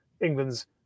England's